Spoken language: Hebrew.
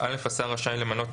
13א.(א)השר רשאי למנות,